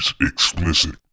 explicit